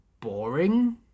boring